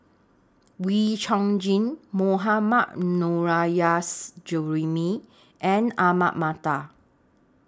Wee Chong Jin Mohammad Nurrasyid Juraimi and Ahmad Mattar